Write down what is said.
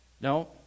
No